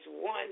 one